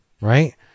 right